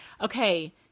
Okay